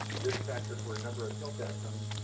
a risk factor for a number of health outcomes.